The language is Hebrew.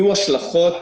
יהיו השלכות